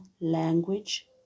language